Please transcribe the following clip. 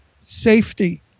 safety